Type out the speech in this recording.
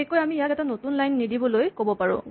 বিশেষকৈ আমি ইয়াক এটা নতুন লাইন নিদিবলৈ ক'ব পাৰোঁ